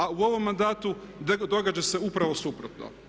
A u ovom mandatu događa se upravo suprotno.